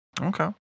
okay